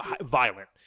violent